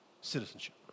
citizenship